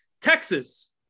Texas